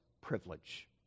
privilege